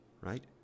right